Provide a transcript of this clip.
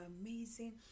amazing